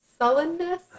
Sullenness